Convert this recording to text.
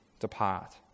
depart